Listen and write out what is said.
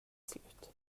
slut